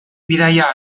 bidaia